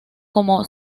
como